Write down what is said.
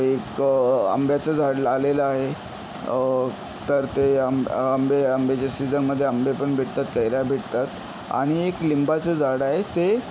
एक आंब्याचं झाड लावलेलं आहे तर ते आं आंबे आंब्याच्या सिझनमध्ये आंबेपण भेटतात कैऱ्या भेटतात आणि एक लिंबाचं झाड आहे ते